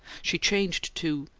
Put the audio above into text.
she changed to,